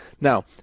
Now